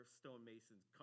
stonemasons